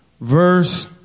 Verse